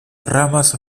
ramas